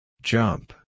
Jump